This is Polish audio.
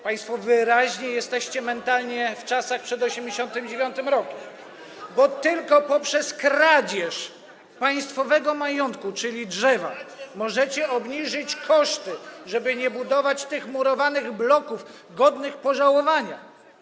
Państwo wyraźnie jesteście mentalnie w czasach przed 1989 r., bo tylko poprzez kradzież państwowego majątku, czyli drzewa, możecie obniżyć koszty, żeby nie budować tych murowanych bloków godnych pożałowania.